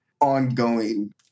ongoing